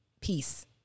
peace